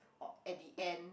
or at the end